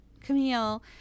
Camille